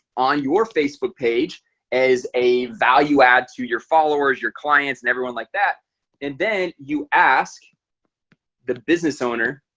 on your facebook page as a value add to your followers your clients and everyone like that and then you ask the business owner